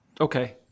Okay